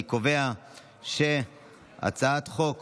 אני קובע שהצעת חוק